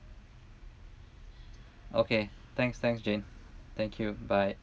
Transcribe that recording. okay thanks thanks jane thank you bye